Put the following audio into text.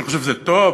אני חושב שזה טוב,